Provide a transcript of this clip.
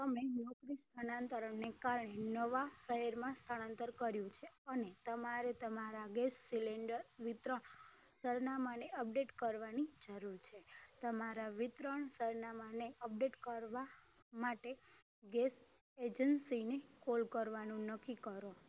તમે નોકરી સ્થળાંતરણને કારણે નવાં શહેરમાં સ્થળાંતર કર્યું છે અને તમારે તમારાં ગેસ સીલીન્ડર વિતરણ સરનામાને અપડેટ કરવાની જરૂર છે તમારાં વિતરણ સરનામાને અપડેટ કરવાં માટે ગેસ એજન્સિને કોલ કરવાનું નક્કી કરો